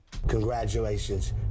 Congratulations